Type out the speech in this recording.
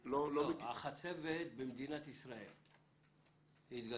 לא, החצבת במדינת ישראל התגלתה.